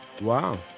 wow